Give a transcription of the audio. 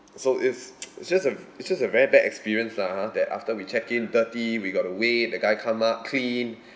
so it's it's just a it's just a very bad experience lah ha that after we checked in dirty we got to wait the guy come up clean